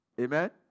Amen